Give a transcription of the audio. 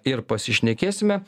ir pasišnekėsime